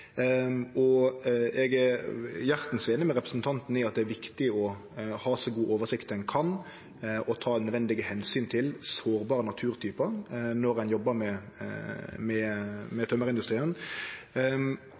Eg er hjartans einig med representanten i at det er viktig å ha så god oversikt ein kan, og ta nødvendige omsyn til sårbare naturtypar når ein jobbar med